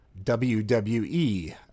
WWE